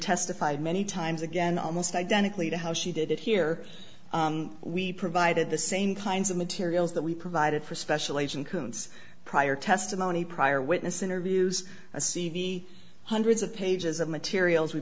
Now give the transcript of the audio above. testified many times again almost identically to how she did it here we provided the same kinds of materials that we provided for special agent koontz prior testimony prior witness interviews a c v hundreds of pages of materials we